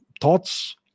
thoughts